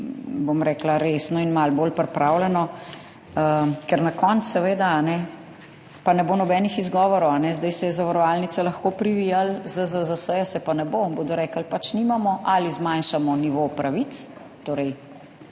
bolj resno in malo bolj pripravljeno. Ker na koncu pa seveda ne bo nobenih izgovorov. Zdaj se je zavarovalnice lahko privijalo, ZZZS se pa ne bo. Bodo rekli, pač nimamo, ali zmanjšamo nivo pravic, to